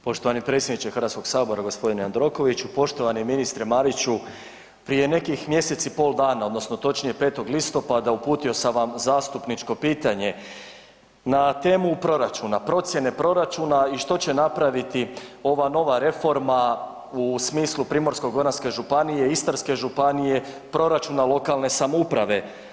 Poštovani predsjedniče Hrvatskog sabora gospodine Jandrokoviću, poštovani ministre Mariću prije nekih mjesec i pol dana odnosno točnije 5. listopada uputio sam vam zastupničko pitanje na temu proračuna, procjene proračuna i što će napraviti ova nova reforma u smislu Primorsko-goranske županije, Istarske županije, proračuna lokalne samouprave.